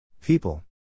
People